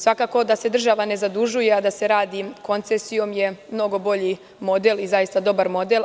Svakako da se država ne zadužuje, a da se radi koncesijom je mnogo bolji model i zaista dobar model.